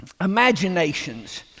Imaginations